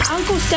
Uncle